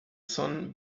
sun